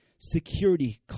security